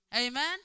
Amen